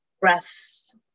breaths